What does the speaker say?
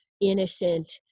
innocent